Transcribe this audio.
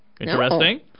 Interesting